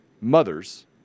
mothers